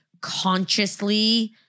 consciously